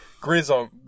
Grizzle-